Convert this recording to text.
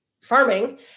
farming